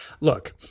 Look